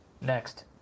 next